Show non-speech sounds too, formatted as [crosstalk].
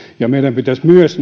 ja meidän pitäisi myös [unintelligible]